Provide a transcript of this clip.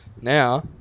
Now